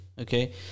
okay